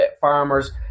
farmers